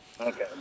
Okay